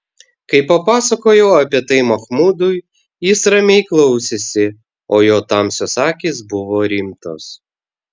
kai papasakojau apie tai machmudui jis ramiai klausėsi o jo tamsios akys buvo rimtos